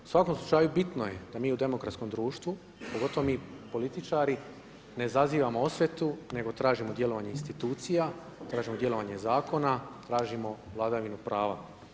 U svakom slučaju bitno je da mi u demokratskom društvu, pogotovo mi političari ne zazivamo osvetu nego tražimo djelovanje institucija, tražimo djelovanje zakona, tražimo vladavinu prava.